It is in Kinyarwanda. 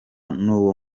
n’uwo